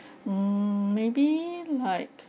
mm maybe like